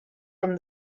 from